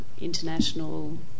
international